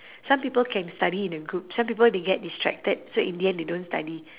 some people can study in a group some people they get distracted so in the end they don't study